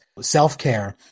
self-care